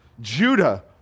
Judah